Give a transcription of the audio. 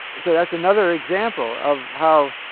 so that's another example of how,